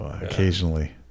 occasionally